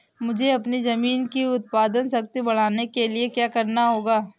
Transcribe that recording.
मुझे अपनी ज़मीन की उत्पादन शक्ति बढ़ाने के लिए क्या करना होगा?